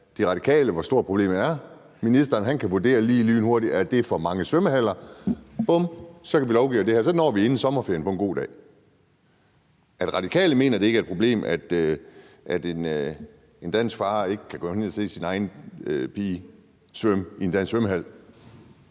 De Radikale, hvor stort problemet er. Ministeren kan vurdere lynhurtigt, om det er for mange svømmehaller. Bum, så kan vi lovgive om det her. Så når vi det inden sommerferien på en god dag. At Radikale mener, at det ikke er et problem, at en dansk far ikke kan gå ned og se sin egen pige svømme i en dansk svømmehal,